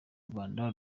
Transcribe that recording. rwanda